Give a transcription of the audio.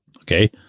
okay